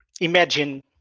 imagine